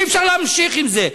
אי-אפשר להמשיך עם זה,